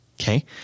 Okay